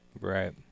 right